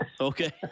Okay